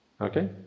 Okay